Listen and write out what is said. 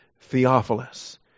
Theophilus